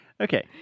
Okay